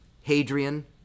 Hadrian